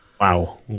Wow